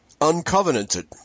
Uncovenanted